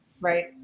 Right